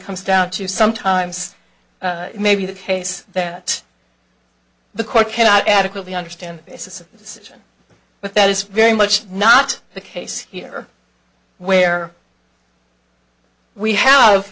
comes down to sometimes maybe the case that the court cannot adequately understand its decision but that is very much not the case here where we have